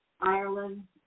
Ireland